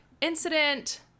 incident